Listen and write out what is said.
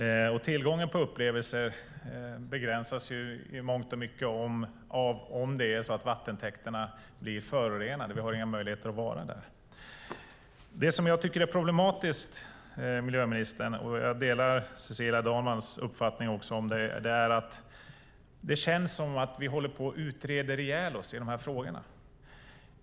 Tillgången till upplevelser begränsas i mångt och mycket om vattentäkterna blir förorenade och vi inte har några möjligheter att vara där. Det som jag tycker är problematiskt, miljöministern, och där delar jag Cecilia Dalman Eeks uppfattning, är att det känns som att vi håller på att utreda ihjäl oss i dessa frågor.